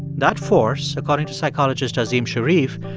that force, according to psychologist azim shariff,